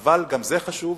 אבל גם זה חשוב.